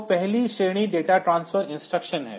तो पहली श्रेणी डेटा ट्रांसफर इंस्ट्रक्शन है